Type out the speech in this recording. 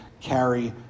carry